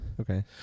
Okay